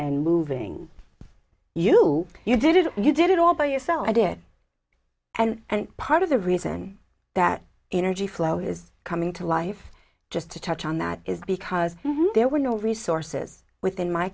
and moving you do you did you did it all by yourself i did and and part of the reason that energy flow is coming to life just to touch on that is because there were no resources within my